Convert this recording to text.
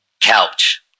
couch